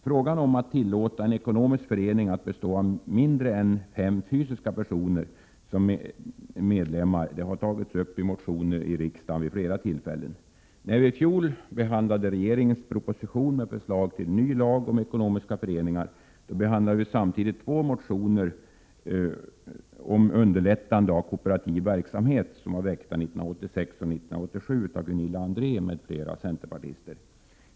Frågan om att tillåta en ekonomisk förening att bestå av mindre än fem fysiska personer som medlemmar har tagits upp i motioner i riksdagen vid flera tillfällen. När vi i fjol behandlade regeringens proposition med förslag till ny lag om ekonomiska föreningar behandlade vi samtidigt två motioner om underlättande av kooperativ verksamhet som var väckta 1986 och 1987 av Gunilla André m.fl. centerpartister.